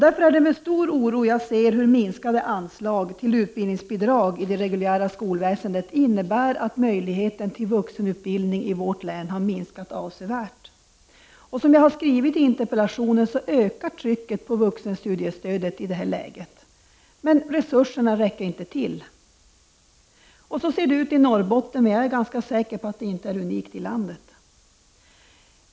Därför är det med stor oro jag ser hur minskade anslag till utbildningsbidrag i det reguljära skolväsendet innebär att möjligheten till vuxenutbildning i vårt län har minskat avsevärt. Som jag har skrivit i min interpellation ökar trycket på vuxenstudiestödet i detta läge, men resurserna räcker inte till. Så ser det ut i Norrbotten, men jag är säker på att detta inte är unikt i landet.